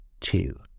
two